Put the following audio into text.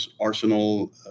Arsenal